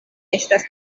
estas